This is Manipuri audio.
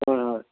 ꯍꯣꯏ ꯍꯣꯏ